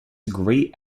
great